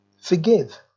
Forgive